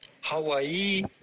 Hawaii